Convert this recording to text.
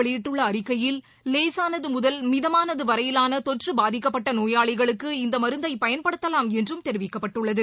வெளியிட்டுள்ளஅறிக்கையில் லேசானதுமுதல் அந்தஅமைச்சகம் மிதமானதுவரையிலானதொற்றுபாதிக்கப்பட்டநோயாளிகளுக்கு இந்தமருந்தைபயன்படுத்தலாம் என்றம் தெரிவிக்கப்பட்டுள்ளது